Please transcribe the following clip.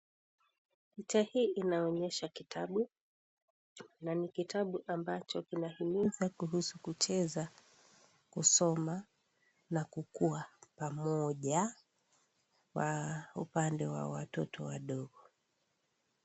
Picha hii inaonyesha kitabu na ni kitabu ambacho kinahimiza kuhusu kucheza, kusoma na kukua pamoja kwa upande wa watoto wadogo.